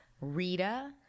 Rita